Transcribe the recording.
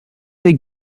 they